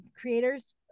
creators